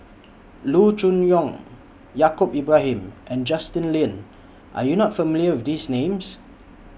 Loo Choon Yong Yaacob Ibrahim and Justin Lean Are YOU not familiar with These Names